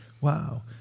Wow